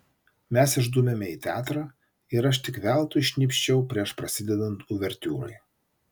mes išdūmėme į teatrą ir aš tik veltui šnypščiau prieš prasidedant uvertiūrai